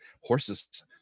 Horses